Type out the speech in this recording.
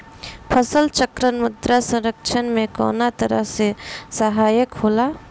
फसल चक्रण मृदा संरक्षण में कउना तरह से सहायक होला?